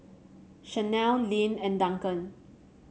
Shanelle Lynn and Duncan